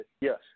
Yes